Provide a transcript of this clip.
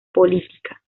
política